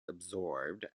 absorbed